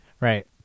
Right